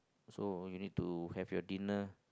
so you need to have your dinner